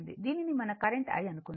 దీనిని మన current I అనుకుందాం